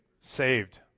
saved